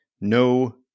no